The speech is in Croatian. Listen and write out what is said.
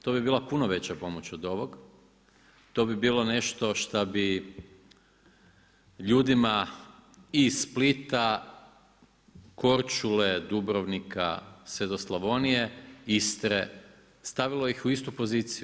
To bi bila puno veća pomoć od ovog, to bi bilo nešto šta bi ljudima iz Splita, Korčule, Dubrovnika sve do Slavonije, Istre, stavilo ih u istu poziciju.